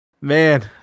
Man